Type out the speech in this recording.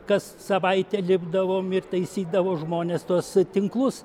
kas savaitę lipdavom ir taisydavo žmonės tuos tinklus